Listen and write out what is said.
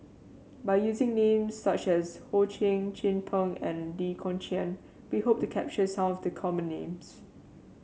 by using names such as Ho Ching Chin Peng and Lee Kong Chian we hope to capture some of the common names